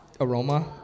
Aroma